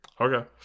Okay